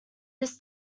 this